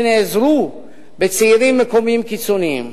שנעזרו בצעירים מקומיים קיצוניים.